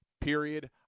period